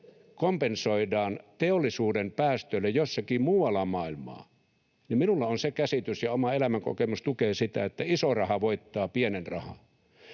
kompensoidaan teollisuuden päästöille jossakin muualla maailmaa, niin minulla on se käsitys ja oma elämänkokemus tukee sitä, että iso raha voittaa pienen rahan.